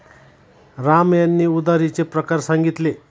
राम यांनी उधारीचे प्रकार सांगितले